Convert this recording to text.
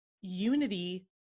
unity